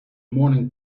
morning